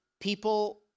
People